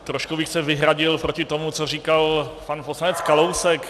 Trošku bych se vyhradil proti tomu, co říkal pan poslanec Kalousek.